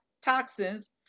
toxins